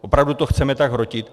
Opravdu to chceme tak hrotit?